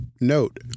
note